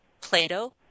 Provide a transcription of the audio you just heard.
Plato